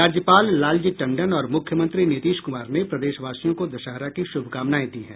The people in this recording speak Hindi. राज्यपाल लालजी टंडन और मुख्यमंत्री नीतीश कुमार ने प्रदेशवासियों को दशहरा की शुभकामनाएं दी हैं